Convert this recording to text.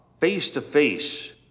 face-to-face